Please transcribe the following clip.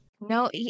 No